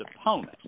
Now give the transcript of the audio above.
opponent